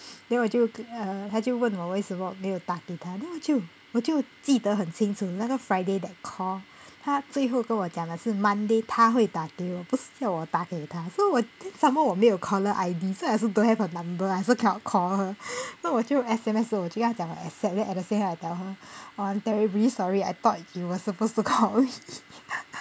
then 我就 err 她就问我为什么没有打给她 then 我就记得很清楚那个 friday that call 她最后跟我讲的是 monday 她会打给我不是叫我打给她 so 我 some more 我没有 caller I_D so I also don't have her number I also call her so 我就 S_M_S 我就跟她讲我 accept then at the same time I tell her oh I'm terribly sorry I thought you were supposed to call me